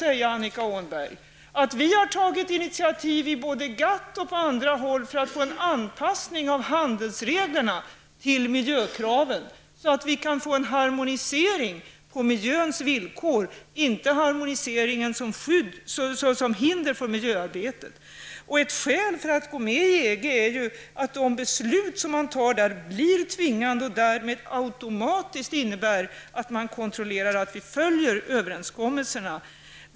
Till Annika Åhnberg vill jag säga att vi har tagit initiativ både i GATT och på andra håll för att få till stånd en anpassning av handelsreglerna till miljökraven, så att det blir en harmonisering på miljöns villkor, inte en harmonisering som utgör ett hinder för miljöarbetet. Ett skäl för att gå med i EG är ju att de beslut som där fattas blir tvingande och därmed automatiskt innebär att man kontrollerar att överenskommelserna följs.